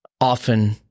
Often